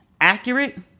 accurate